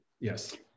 yes